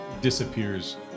disappears